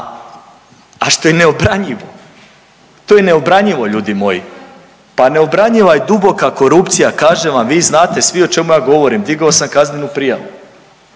a što je neobranjivo, to je neobranjivo ljudi moji. Pa neobranjiva je duboka korupcija kažem vam, vi znate svi o čemu ja govorim, digao sam kaznenu prijavu,